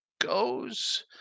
goes